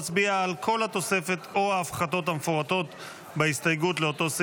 נצביע על כל התוספת או ההפחתות המפורטות בהסתייגות לאותו סעיף,